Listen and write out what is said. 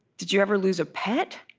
did you ever lose a pet?